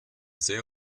sehr